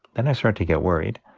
then i started to get worried.